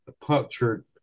punctured